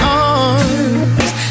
arms